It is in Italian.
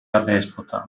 adespota